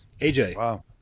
AJ